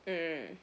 mm